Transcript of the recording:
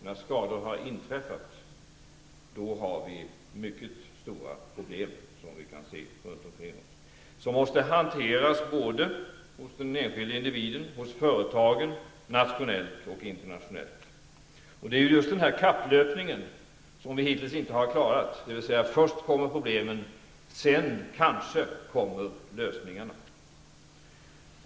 När skadan har inträffat har vi mycket stora problem, som vi kan se nu runt omkring oss och som måste hanteras både av den enskilde individen och hos företagen, nationellt och internationellt. Det är just denna kapplöpning som vi hittills inte har klarat, dvs. att först kommer problemen och sedan kanske lösningarna.